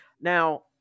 Now